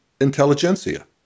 intelligentsia